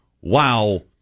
wow